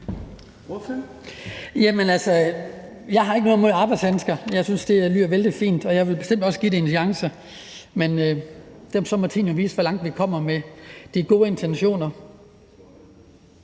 jeg har ikke noget imod arbejdshandsker. Jeg synes, det lyder vældig fint, og jeg vil bestemt også give det en chance. Men så må tiden jo vise, hvor langt vi kommer med de gode intentioner.